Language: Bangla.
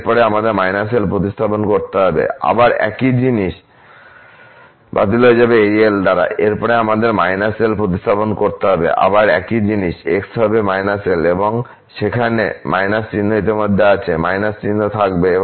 এর পরে আমাদের −l প্রতিস্থাপন করতে হবে আবার একই জিনিস x হবে−l এবং সেখানে − ইতিমধ্যে আছে চিহ্ন থাকবে